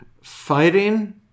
fighting